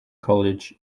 college